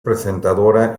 presentadora